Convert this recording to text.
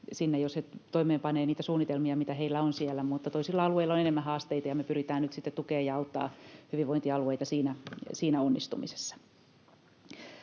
jos he toimeenpanevat niitä suunnitelmia, mitä heillä on siellä, mutta toisilla alueilla on enemmän haasteita, ja me pyritään nyt tukemaan ja auttamaan hyvinvointialueita siinä onnistumisessa.